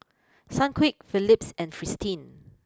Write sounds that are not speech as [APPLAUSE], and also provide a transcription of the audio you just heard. [NOISE] Sunquick Phillips and Fristine